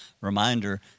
reminder